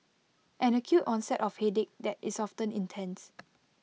an acute onset of headache that is often intense